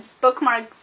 bookmark